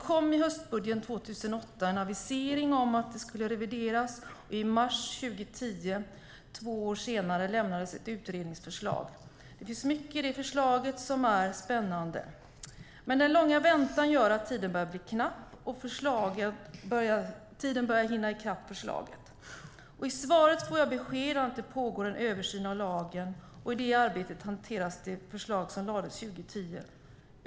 I höstbudgeten 2008 kom en avisering om att det skulle ske en revidering. I mars 2010, två år senare, lämnades ett utredningsförslag. Det finns mycket i det förslaget som är spännande. Men den långa väntan gör att tiden börjar bli knapp; tiden börjar hinna i kapp förslaget. I svaret får jag beskedet att en översyn av lagen pågår och att i det arbetet hanteras det förslag som lades fram 2010.